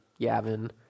Yavin